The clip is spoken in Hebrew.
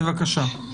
בבקשה.